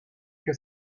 que